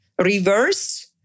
reverse